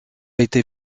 été